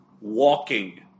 walking